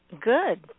Good